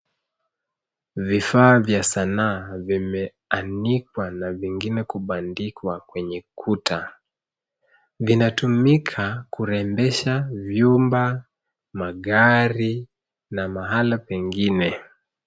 Vifaa vya sanaa, vimeanikwa na vingine kubandikwa kwenye kuta, vinatumika kurembesha vyumba, magari na mahala pengine.